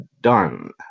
done